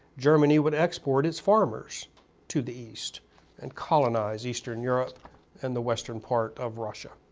germany would export its farmers to the east and colonize eastern europe and the western part of russia.